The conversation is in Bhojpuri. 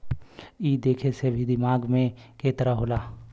ई देखे मे भी दिमागे के तरह होला